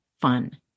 fun